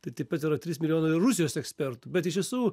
tai taip pat yra trys milijonai rusijos ekspertų bet iš tiesų